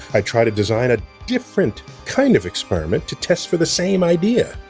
i try to design a different kind of experiment to test for the same idea.